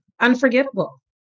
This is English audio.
unforgettable